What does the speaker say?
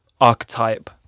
archetype